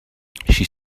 she